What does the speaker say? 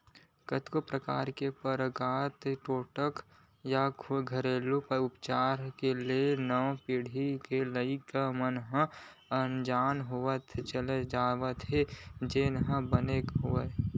कतको परकार के पंरपरागत टोटका या घेरलू उपचार ले नवा पीढ़ी के लइका मन ह अनजान होवत चले जावत हे जेन ह बने बात नोहय